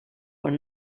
were